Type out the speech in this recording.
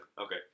Okay